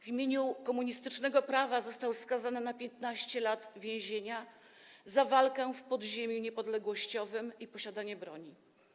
W imieniu komunistycznego prawa został skazany na 15 lat więzienia za walkę w podziemiu niepodległościowym i posiadanie broni.